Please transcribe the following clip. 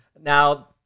Now